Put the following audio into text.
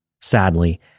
Sadly